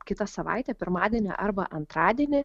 kitą savaitę pirmadienį arba antradienį